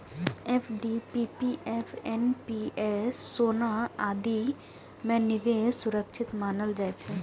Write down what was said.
FD, PPF, NPS, सोना आदि मे निवेश सुरक्षित मानल जाइ छै